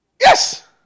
Yes